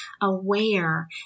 aware